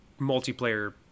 multiplayer